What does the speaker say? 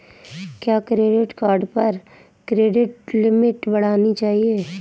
क्या credit card पर credit limit बढ़ानी चाहिए?